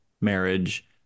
marriage